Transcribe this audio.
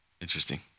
Interesting